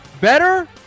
better